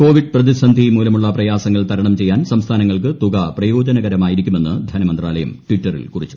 Covid പ്രതിസന്ധി മൂലമുള്ള പ്രയാസങ്ങൾ തരണം ചെയ്യാൻ സംസ്ഥാനങ്ങൾക്ക് തുക പ്രയോജനകരമായിരിക്കുമെന്ന് ധനമന്ത്രാലയം ട്വിറ്ററിൽ കുറിച്ചു